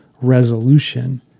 resolution